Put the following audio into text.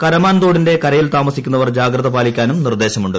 കരമാൻ തോടിന്റെ കരയിൽ താമസിക്കുന്നവർ ജാഗ്രത പാലിക്കാൻ നിർദ്ദേശമുണ്ട്